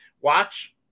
Watch